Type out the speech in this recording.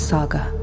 Saga